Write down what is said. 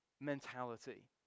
mentality